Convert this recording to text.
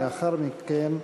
לאחר מכן,